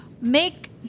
make